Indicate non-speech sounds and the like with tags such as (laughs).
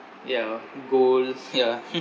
yeah goals yeah (laughs)